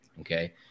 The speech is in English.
okay